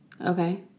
Okay